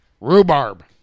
Rhubarb